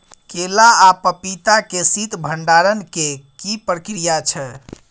केला आ पपीता के शीत भंडारण के की प्रक्रिया छै?